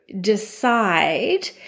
decide